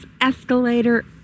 escalator